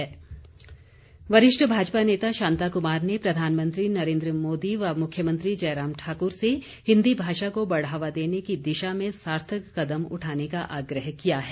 शांता कुमार वरिष्ठ भाजपा नेता शांता कुमार ने प्रधानमंत्री नरेन्द्र मोदी व मुख्यमंत्री जयराम ठाकुर से हिन्दी भाषा को बढ़ावा देने की दिशा में सार्थक कदम उठाने का आग्रह किया है